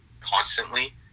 constantly